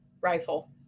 Rifle